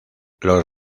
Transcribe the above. los